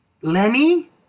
Lenny